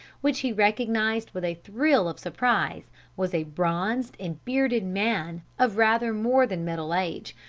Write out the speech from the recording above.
which he recognized with a thrill of surprise was a bronzed and bearded man of rather more than middle age,